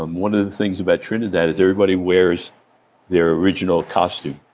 um one of the things about trinidad is everybody wears their original costume.